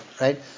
right